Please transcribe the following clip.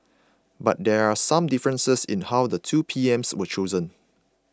but there are some differences in how the two PMs were chosen